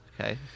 Okay